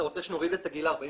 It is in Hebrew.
אתה רוצה שנוריד את הגיל ל-45?